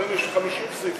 לפעמים יש 50 סעיפים.